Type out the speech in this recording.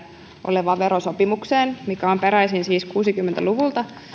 olevaan verosopimukseen mikä on siis peräisin kuusikymmentä luvulta